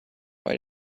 why